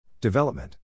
Development